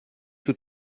tout